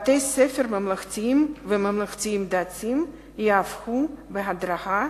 בתי-ספר ממלכתיים וממלכתיים דתיים יהפכו בהדרגה